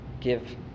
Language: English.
give